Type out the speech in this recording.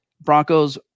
Broncos